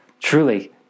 truly